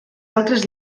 altres